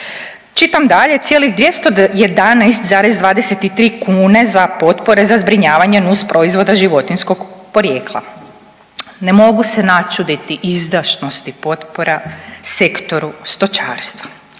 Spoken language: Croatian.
Čitam dalje cijelih 211,23 kune za potpore za zbrinjavanje nusproizvoda životinjskog porijekla. Ne mogu se načuditi izdašnosti potpora sektoru stočarstva.